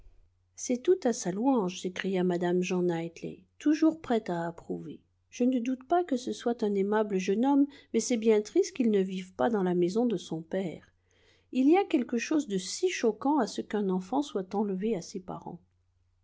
c'est tout à sa louange s'écria mme jean knightley toujours prête à approuver je ne doute pas que ce ne soit un aimable jeune homme mais c'est bien triste qu'il ne vive pas dans la maison de son père il y a quelque chose de si choquant à ce qu'un enfant soit enlevé à ses parents